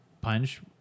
punch